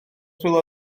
rhywle